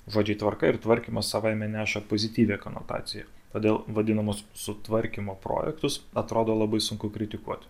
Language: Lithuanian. žodžiai tvarka ir tvarkymas savaime neša pozityvią konotaciją todėl vadinamus sutvarkymo projektus atrodo labai sunku kritikuoti